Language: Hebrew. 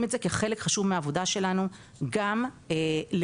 את זה כחלק חשוב מהעבודה שלנו גם ללמד,